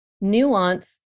nuance